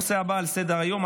הנושא הבא על סדר-היום,